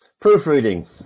Proofreading